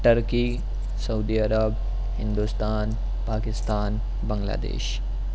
Turkey سعودی عرب ہندوستان پاکستان بنگلہ دیش